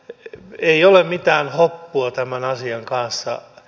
ei ole mitään hoppua tämän asian kanssa